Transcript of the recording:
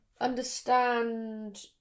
understand